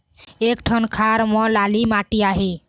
एक ठन खार म लाली माटी आहे?